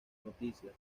noticias